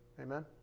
Amen